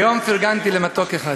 היום פרגנתי למתוק אחד.